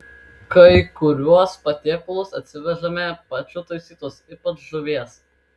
kai kuriuos patiekalus atsivežame pačių taisytus ypač žuvies